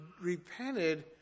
repented